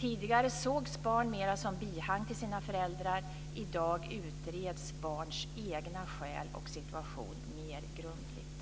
Tidigare sågs barn mera som bihang till sina föräldrar. I dag utreds barns egna skäl och situation mer grundligt.